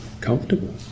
comfortable